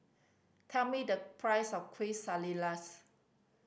tell me the price of Quesadillas